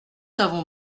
avons